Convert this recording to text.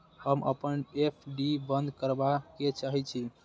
हम अपन एफ.डी बंद करबा के चाहे छी